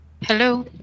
Hello